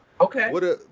Okay